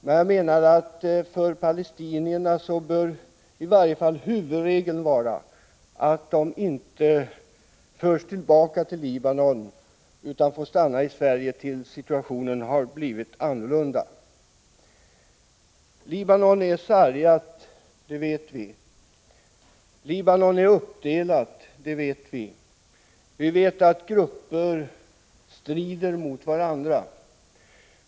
Vad jag menar är att för palestinierna bör i varje fall huvudregeln vara att de inte förs tillbaka till Libanon utan får stanna i Sverige tills situationen har blivit annorlunda. Libanon är sargat, det vet vi. Libanon är uppdelat, det vet vi. Vi vet att olika grupper strider mot varandra.